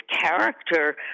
character